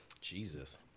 Jesus